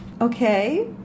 okay